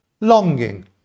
longing